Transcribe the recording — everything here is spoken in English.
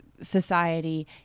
society